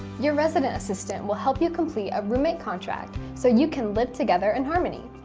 your resident assistant will help you complete a roommate contract, so you can live together in harmony.